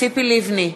ציפי לבני,